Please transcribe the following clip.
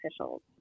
officials